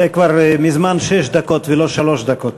זה כבר מזמן שש דקות ולא שלוש דקות.